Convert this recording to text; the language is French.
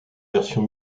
version